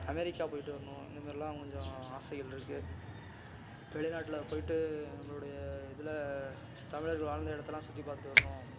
America போயிட்டு வரணும் இந்தமாதிரிலாம் கொஞ்சம் ஆசைகளிருக்கு வெளிநாட்டில் போயிட்டு நம்மளுடைய இதில் தமிழர்கள் வாழ்ந்த இடத்தலாம் சுற்றி பார்த்துட்டு வரணும்